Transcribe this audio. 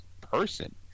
person